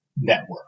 network